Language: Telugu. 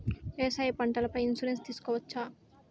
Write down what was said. వ్యవసాయ పంటల పై ఇన్సూరెన్సు తీసుకోవచ్చా?